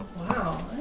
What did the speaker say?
Wow